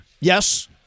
Yes